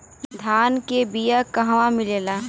धान के बिया कहवा मिलेला?